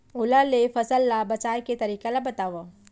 ओला ले फसल ला बचाए के तरीका ला बतावव?